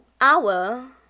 hour